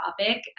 topic